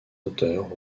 moteur